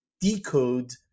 decode